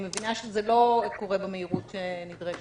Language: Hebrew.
אני מבינה שזה לא קורה בפועל במהירות הנדרשת.